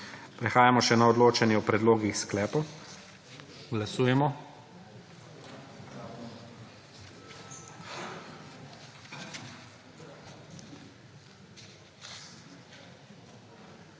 Prehajamo še na odločanje o predlogih sklepov. Glasujemo.